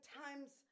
times